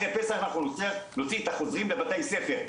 אחרי פסח אנחנו נוציא את החוזרים לבתי ספר,